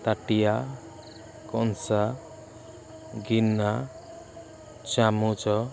ତାଟିଆ କଂସା ଗିନା ଚାମଚ